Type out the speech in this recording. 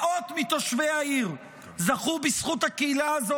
מאות מתושבי העיר זכו בזכות הקהילה הזו